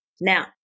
now